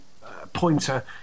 pointer